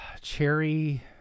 Cherry